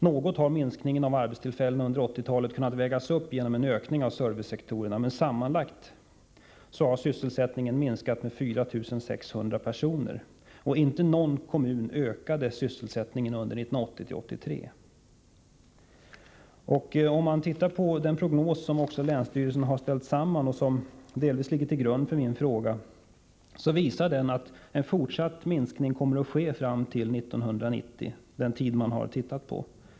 Något har minskningen av arbetstillfällen under 1980-talet kunnat vägas upp genom en ökning av servicesektorerna, men sammanlagt har sysselsättningen minskat med 4 600 personer. Inte i någon kommun ökade sysselsättningen under 1980-1983. Om vi studerar den prognos som länsstyrelsen har ställt samman, och som delvis ligger till grund för min interpellation, finner vi att en fortsatt minskning kommer att ske fram till 1990, den tid som länsstyrelsens prognos omfattar.